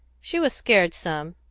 she was scared some,